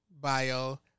bio